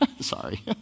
Sorry